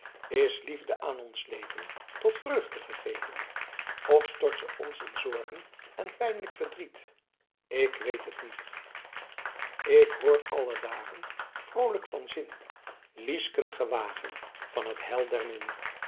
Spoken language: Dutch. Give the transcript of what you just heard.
is liefde aan ons leven tot vreugde gegeven of stort ze ons in zorgen en pijnlijk verdriet ik weet het niet k hoor alle dagen vroolijk van zin liesken gewagen van t heil der min